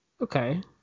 okay